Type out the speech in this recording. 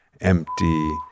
empty